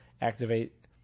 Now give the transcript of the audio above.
activate